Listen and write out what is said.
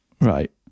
right